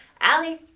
Allie